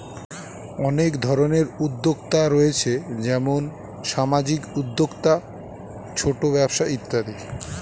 অনেক ধরনের উদ্যোক্তা রয়েছে যেমন সামাজিক উদ্যোক্তা, ছোট ব্যবসা ইত্যাদি